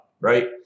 right